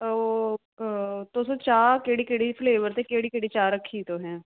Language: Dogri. ओह् तुसें चाह् केह्ड़ी केह्ड़ी फ्लेवर ते चाह् रक्खी दी तुसें